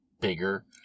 bigger